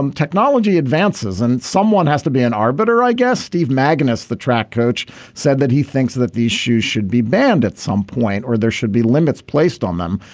um technology advances and someone has to be an arbiter i guess. steve magnus the track coach said that he thinks that these shoes should be banned at some point or there should be limits placed on them.